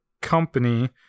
company